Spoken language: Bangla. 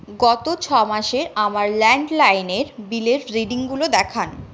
গত ছ মাসের আমার ল্যান্ডলাইনের বিলের রিডিংগুলি দেখান